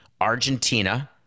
Argentina